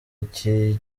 gike